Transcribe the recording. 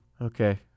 Okay